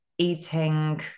eating